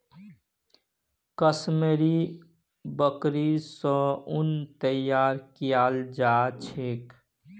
कश्मीरी बकरि स उन तैयार कियाल जा छेक